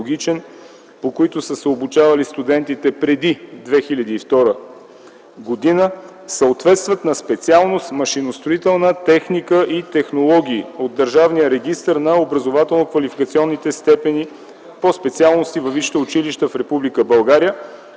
по които са се обучавали студентите преди 2002 г., съответстват на специалност „Машиностроителна техника и технологии” от Държавния регистър на образователно-квалификационните степени по специалности във висшите училища в